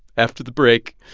after the break,